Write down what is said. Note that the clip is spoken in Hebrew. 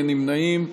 אין נמנעים.